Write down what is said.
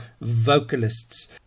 vocalists